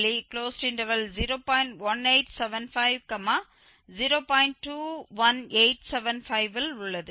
21875யில் உள்ளது